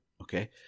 okay